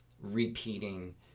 repeating